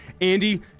Andy